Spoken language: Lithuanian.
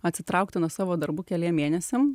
atsitraukti nuo savo darbų keliem mėnesiam